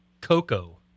Coco